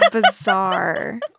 bizarre